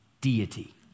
deity